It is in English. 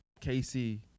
Casey